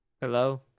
Hello